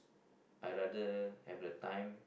I rather have the time